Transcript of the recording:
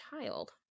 child